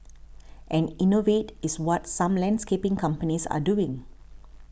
and innovate is what some landscaping companies are doing